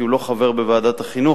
כי הוא לא חבר בוועדת החינוך,